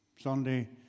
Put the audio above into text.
Sunday